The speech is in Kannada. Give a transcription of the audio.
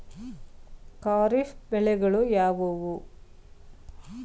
ಖಾರಿಫ್ ಬೆಳೆಗಳು ಯಾವುವು?